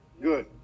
Good